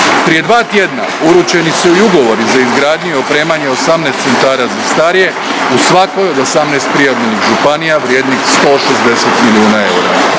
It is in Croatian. Prije dva tjedna uručeni su i ugovori za izgradnju i opremanje 18 centara za starije, u svakoj od 18 prijavljenih županija, vrijedni 160 milijuna eura.